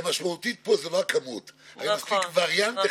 ועלה עליה חבר הכנסת לוי, ואני מכבד את זה.